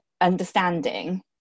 understanding